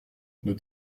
nos